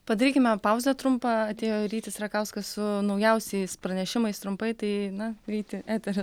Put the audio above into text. padarykime pauzę trumpą atėjo rytis rakauskas su naujausiais pranešimais trumpai tai na ryti eteri